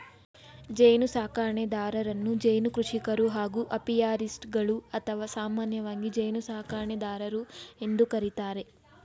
ಜೇನುಸಾಕಣೆದಾರರನ್ನು ಜೇನು ಕೃಷಿಕರು ಹಾಗೂ ಅಪಿಯಾರಿಸ್ಟ್ಗಳು ಅಥವಾ ಸಾಮಾನ್ಯವಾಗಿ ಜೇನುಸಾಕಣೆದಾರರು ಎಂದು ಕರಿತಾರೆ